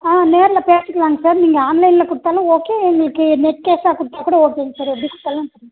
ஆ நேரில் பேசிக்கலாங்க சார் நீங்கள் ஆன்லைனில் கொடுத்தாலும் ஓகே எங்களுக்கு நெட் கேஷாக கொடுத்தாக்கூட ஓகேங்க சார் எப்படி கொடுத்தாலும்